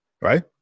Right